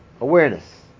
Awareness